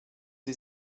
sie